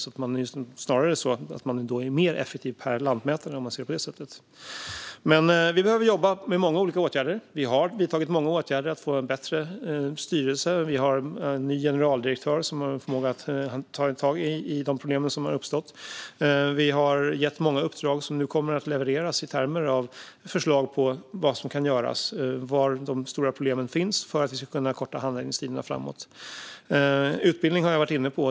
Det är alltså snarast så att man är effektivare per lantmätare. Vi behöver jobba med många olika åtgärder. Vi har vidtagit många åtgärder för att få en bättre styrelse. Vi har en ny generaldirektör, som har förmåga att ta tag i de problem som uppstått. Vi har också gett många uppdrag. Det kommer att levereras förslag på vad som kan göras för att kunna korta handläggningstiderna framöver med tanke på var de stora problemen finns. Utbildning har jag varit inne på.